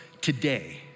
today